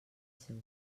seu